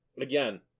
Again